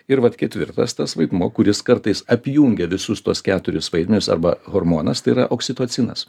ir vat ketvirtas tas vaidmuo kuris kartais apjungia visus tuos keturis vaidinius arba hormonas tai yra oksitocinas